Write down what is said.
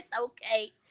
okay